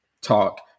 talk